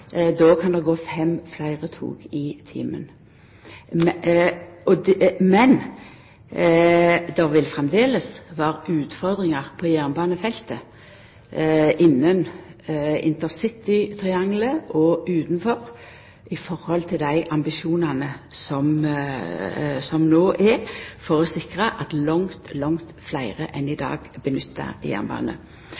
då kan det gå fem fleire tog i timen. Men det vil framleis vera utfordringar på jernbanefeltet innan intercitytriangelet og utanfor i høve til dei ambisjonane som no er for å sikra at langt, langt fleire enn i